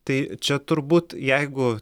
tai čia turbūt jeigu